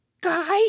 Guy